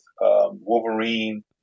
Wolverine